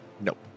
Nope